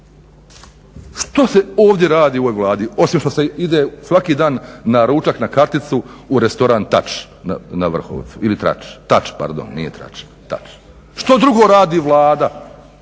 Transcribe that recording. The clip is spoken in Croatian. Što se ovdje radi u ovoj Vladi, osim što se ide svaki dan na ručak na karticu u restoran TAČ na Vrhovcu. Što drugo radi Vlada